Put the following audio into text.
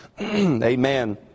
amen